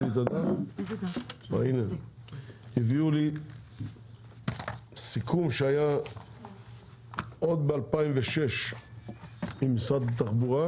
ניסוחים מדויקים עוד מ-2006 עם משרד התחבורה,